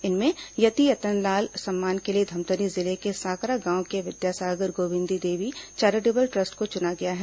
इनमें यति यतनलाल सम्मान के लिए धमतरी जिले के सांकरा गांव के विद्यासागर गोविंदीदेवी चेरिटेबल ट्रस्ट को चुना गया है